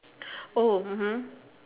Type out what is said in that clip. oh mmhmm